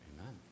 Amen